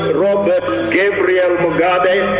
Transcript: robert gabriel mugabe